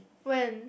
when